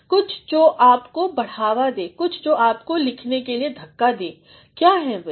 कुछ जो आपको बढ़ावा दे कुछ जो आपको लिखने के लिए धक्का दे क्या है वह